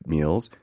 meals